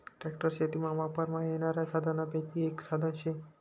tractor शेतीमा वापरमा येनारा साधनेसपैकी एक साधन शे